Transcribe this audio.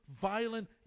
violent